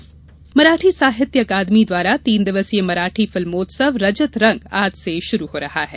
मराठी मिल्मोत्सव मराठी साहित्य अकादमी द्वारा तीन दिवसीय मराठी फिल्मोत्सव रजत रंग आज से शुरू हो रहा है